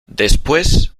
después